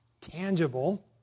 tangible